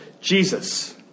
Jesus